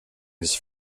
his